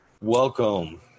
Welcome